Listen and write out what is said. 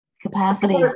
capacity